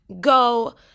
go